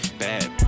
bad